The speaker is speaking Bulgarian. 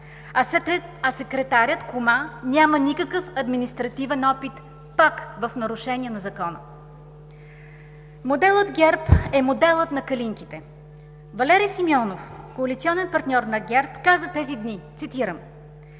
а секретарят – кума, няма никакъв административен опит, пак в нарушение на Закона. Моделът ГЕРБ е моделът на калинките. Валери Симеонов, коалиционен партньор на ГЕРБ, каза тези дни: „Поставят